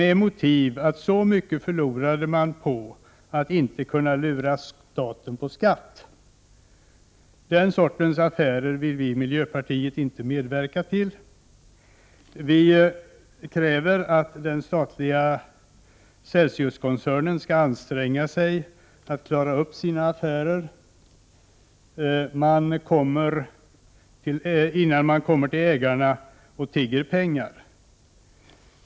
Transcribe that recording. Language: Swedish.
Motivet sades vara att man förlorat så mycket på att inte kunna lura staten på skatt. Den sortens affärer vill vi i miljöpartiet inte medverka till. Vi kräver att den statliga Celsiuskoncernen skall anstränga sig att klara upp sina affärer, innan man kommer till ägarna och tigger pengar.